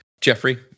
Jeffrey